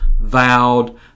vowed